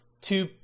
Two